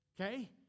okay